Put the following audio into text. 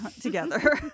together